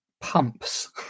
pumps